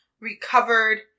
recovered